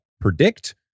predict